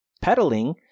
pedaling